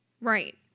Right